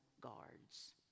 guards